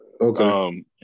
Okay